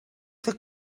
fet